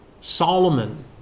Solomon